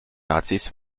nazis